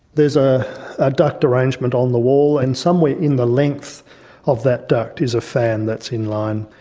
there's a ah duct arrangement on the wall and somewhere in the length of that duct is a fan that's in-line.